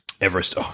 Everest